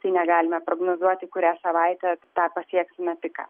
tai negalime prognozuoti kurią savaitę tą pasieksime piką